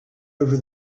over